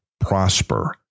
prosper